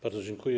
Bardzo dziękuję.